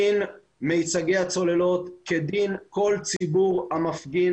דין מיצגי הצוללות כדין כל ציבור המפגין